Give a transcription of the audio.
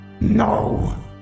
no